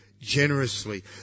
generously